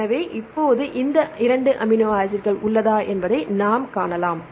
எனவே இப்போது இந்த 2 அமினோ ஆசிட்கள் உள்ளதா என்பதை நாம் காணலாம்